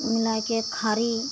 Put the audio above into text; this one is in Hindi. मिलाई के खारी